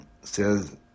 says